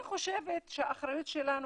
אני חושבת שהאחריות שלנו,